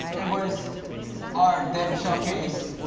it was our debut showcase.